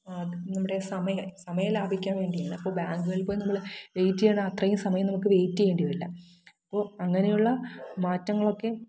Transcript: നമ്മുടെ സമയം സമയം ലാഭിയ്ക്കാൻ വേണ്ടി അല്ലെ അപ്പോൾ ബാങ്ക്കളിൽ പോയി നമ്മൾ വെയിറ്റ് ചെയ്യുന്ന അത്രയും സമയം നമുക്ക് വെയ്റ്റ് ചെയ്യേണ്ടി വരില്ല അപ്പോൾ അങ്ങനെയുള്ള മാറ്റങ്ങളൊക്കെ